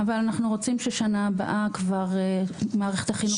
אבל אנחנו רוצים ששנה הבאה כבר מערכת החינוך